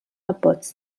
abbozz